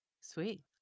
Sweet